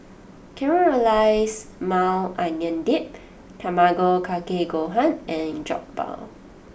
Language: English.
Caramelized Maui Onion Dip Tamago Kake Gohan and Jokbal